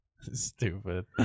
Stupid